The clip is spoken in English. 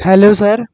hello sir